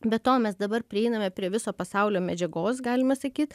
be to mes dabar prieiname prie viso pasaulio medžiagos galima sakyt